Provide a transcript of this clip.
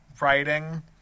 writing